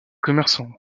commerçants